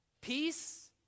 peace